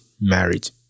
marriage